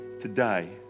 today